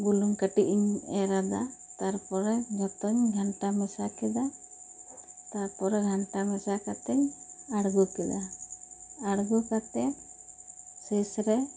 ᱵᱩᱞᱩᱝ ᱠᱟᱹᱴᱤᱡ ᱤᱧ ᱮᱨ ᱟᱫᱟ ᱛᱟᱨᱯᱚᱨᱮ ᱡᱚᱛᱚᱧ ᱜᱷᱟᱱᱴᱟ ᱢᱮᱥᱟ ᱠᱮᱫᱟ ᱛᱟᱨᱯᱚᱨᱮ ᱜᱷᱟᱱᱴᱟ ᱢᱮᱥᱟ ᱠᱟᱹᱛᱤᱧ ᱟᱬᱜᱩ ᱠᱮᱫᱟ ᱟᱬᱜᱩ ᱠᱟᱛᱮ ᱥᱮᱥ ᱨᱮ